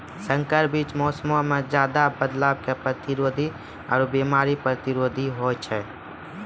संकर बीज मौसमो मे ज्यादे बदलाव के प्रतिरोधी आरु बिमारी प्रतिरोधी होय छै